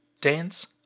Dance